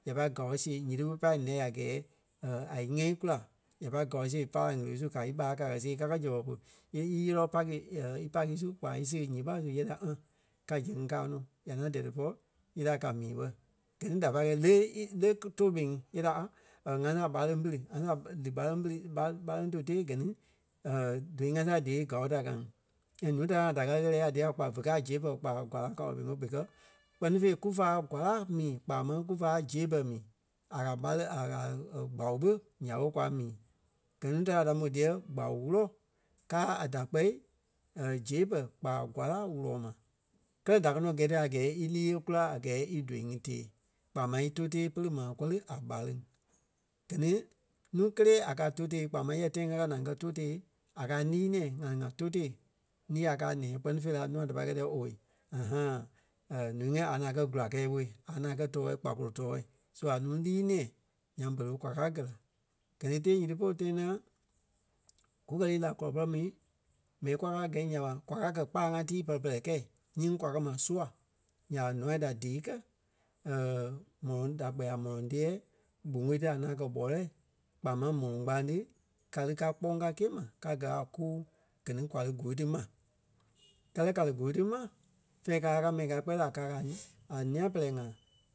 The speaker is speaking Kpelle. ya pai gao siɣe nyiti ɓé pai ǹɛ a gɛɛ a íŋɛi kula. Ya pai gao siɣe í pa la ɣele-wulii su ka íɓarâa ka kɛ̀ see ka kɛ̀ zɛpɛ pu. E íyee lɔ́ paki í paki su kpa í see yée ma ka zɛŋ ŋí kàa nɔ. Ya ŋaŋ dɛɛ dípɔ yɛ dia ka mii ɓé. Gɛ ni da pai kɛi lé ɓé í le tou ɓé ŋí. Yɛ dia aa ŋa saa ɓáleŋ pili ŋa saa lí ɓáleŋ pili ɓáleŋ- ɓáleŋ tou tée gɛ ni dou ŋa saa dée gao da ka ŋí. And ǹúu da ŋai da kɛ̀ ɣɛlɛ ya díyɛ kpa vé kɛ̀ a zebɛ kpa gwâra kao lono because kpɛ́ni fêi kúfa gwâra mii kpaa máŋ kufa zebɛ mii a kɛ̀ a ɓáleŋ a- a- gbau ɓé ya ɓé kwa mii. Gɛ ni téla da mò diyɛ gbau wúlɔ káa a da kpɛli zebɛ kpa gwâra wulɔ ma. Kɛ́lɛ da kɛ̀ nɔ gɛi ti a gɛɛ í lîi e kula a gɛɛ í dou ŋí tée kpaa máŋ í tou tée pere maa kɔri a ɓáleŋ. Gɛ ni núu kélee a kaa tou tée kpaa máŋ yɛ tãi ŋa kɛ naa ŋ́gɛ tou tée a káa ńii-nɛ̃ɛ ŋá lí naa tou tée ńii a kɛ̀ a nɛ̃ɛ kpɛ́ni fêi la nûa da pai kɛi díyɛ owei. Ǹúu ŋí a ŋaŋ kɛ gula-kãa-ɓoi. A ŋaŋ kɛ́ tɔɔ kpakolo tɔ̂ɔ so a nuu lîi nɛ̃ɛ. Nyaŋ berei ɓé kwa káa gɛi la. Gɛ ni tée nyiti polu tãi ti ŋaŋ kukɛ lii la kɔlɔ pɛrɛ mu, mɛni kwa káa gɛi nya ɓa, kwa kàa kɛ̀ kpâlaŋ ŋa tíi pɛ-pɛlɛ kɛi ńyeŋ kwa kɛ̀ ma sûa. Nya ɓa nûa da díi kɛ̀ mɔlɔŋ da kpɛɛ a mɔlɔŋ teɛ́ɛ gboŋkoi ti a ŋaŋ kɛ ɓɔlɛɛi kpaa máŋ mɔlɔŋ kpàaŋ ti ka lí ka kpoŋ ka gîe ma ka kàa a kuu gɛ ni kwa lí gûui ti ma. Kɛlɛ ka lí gûui ti ma fɛ̀ɛ kakaa ká mɛi káa kpɛɛ la kakaa a nîa-pɛlɛɛ ŋai